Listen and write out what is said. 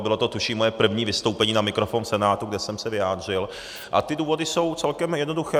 Bylo to tuším moje první vystoupení na mikrofon v Senátu, kde jsem se vyjádřil, a ty důvody jsou celkem jednoduché.